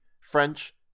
French